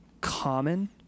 common